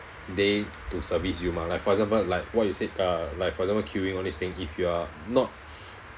they to service you mah like for example like what you said uh like for example queuing all these thing if you are not